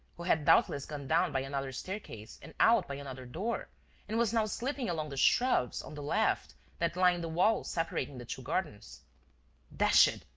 who had doubtless gone down by another staircase and out by another door and was now slipping along the shrubs, on the left, that lined the wall separating the two gardens dash it!